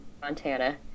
Montana